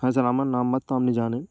হ্যাঁ স্যার আমার নাম্বার তো আপনি জানেন